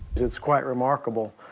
it's it's quite remarkable.